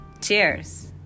Cheers